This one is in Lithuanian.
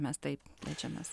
mes taip jaučiamės